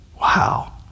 Wow